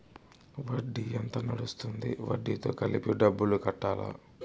వడ్డీ ఎంత పడ్తుంది? వడ్డీ తో కలిపి డబ్బులు కట్టాలా?